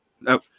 no